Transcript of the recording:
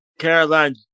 Caroline